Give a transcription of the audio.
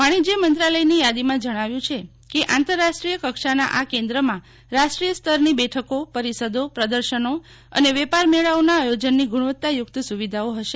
વાણિજ્ય મંત્રાલયની યાદીમાં જણાવ્યું છે કેઆંતરરાષ્ટ્રીય કક્ષાના આ કેન્દ્રમાં રાષ્ટ્રીય સ્તરની બેઠકો પરિષદોપ્રદર્શનો અને વેપાર મેળાઓના આયોજનની ગુણવત્તાયુક્ત સુવિધાઓ હશે